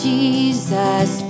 Jesus